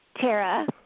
Tara